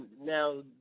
now